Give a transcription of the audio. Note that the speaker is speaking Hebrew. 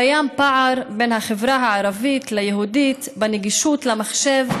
קיים פער בין החברה הערבית ליהודית בנגישות של המחשב,